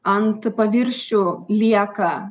ant paviršių lieka